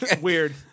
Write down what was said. Weird